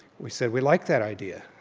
we said we like that idea.